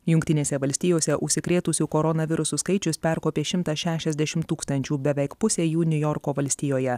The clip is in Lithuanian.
jungtinėse valstijose užsikrėtusių koronavirusu skaičius perkopė šimtą šešiasdešimt tūkstančių beveik pusė jų niujorko valstijoje